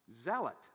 Zealot